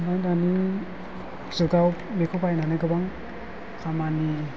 ओमफ्राय दानि जुगाव बेखौ बाहायनानै गोबां खामानि